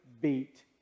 beat